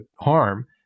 harm